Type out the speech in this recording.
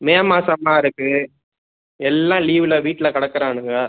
மே மாதமா இருக்குது எல்லாம் லீவில் வீட்டில் கிடக்குறானுங்க